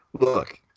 Look